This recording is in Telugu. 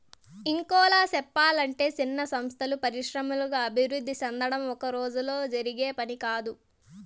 ఇంకోలా సెప్పలంటే చిన్న సంస్థలు పరిశ్రమల్లాగా అభివృద్ధి సెందడం ఒక్కరోజులో జరిగే పని కాదు